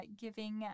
giving